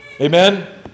Amen